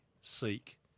seek